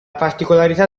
particolarità